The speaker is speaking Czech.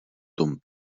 tom